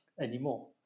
anymore